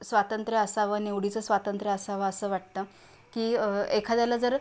स्वातंत्र्य असावं निवडीचं स्वातंत्र्य असावं असं वाटतं की एखाद्याला जर